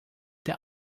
der